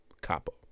Capo